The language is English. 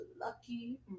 lucky